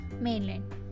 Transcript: mainland